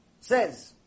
says